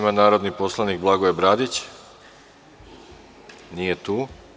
Narodni poslanik Blagoje Bradić nije tu.